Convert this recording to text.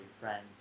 friends